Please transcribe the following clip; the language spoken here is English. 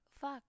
fuck